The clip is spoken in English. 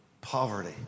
poverty